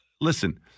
listen